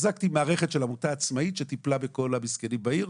החזקתי מערכת של עמותה עצמאית שטיפלה בכל המסכנים בעיר,